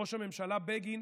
ראש הממשלה בגין,